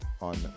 on